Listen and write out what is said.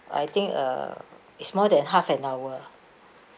I think uh it's more than half an hour